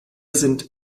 sind